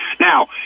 Now